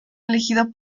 elegido